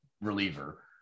reliever